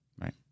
Right